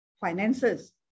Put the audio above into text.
finances